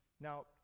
Now